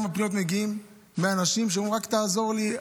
פניות מגיעות מאנשים שאומרים: רק תעזור לי,